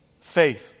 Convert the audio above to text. Faith